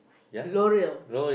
L'oreal